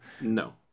No